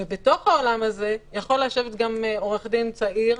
ובתוך העולם הזה יכול לשבת גם עורך דין צעיר,